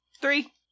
Three